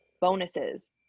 bonuses